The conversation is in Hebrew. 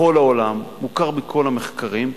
בכל העולם, מוכר בכל המחקרים,